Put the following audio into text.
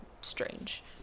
strange